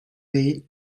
değil